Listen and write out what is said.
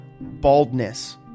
baldness